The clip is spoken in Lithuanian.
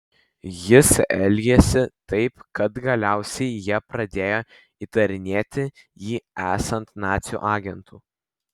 jis elgėsi taip kad galiausiai jie pradėjo įtarinėti jį esant nacių agentu